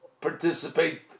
participate